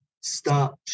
start